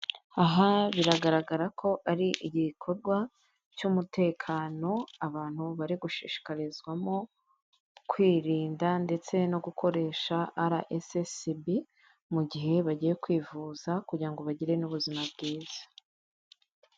Aha biragaragara ko ari igikorwa cy'umutekano, abantu bari gushishikarizwamo kwirinda ndetse no gukoresha Ara esesibi mu gihe bagiye kwivuza, kugira ngo bagire n'ubuzima bwiza.